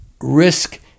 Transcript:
risk